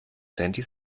sandy